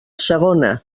segona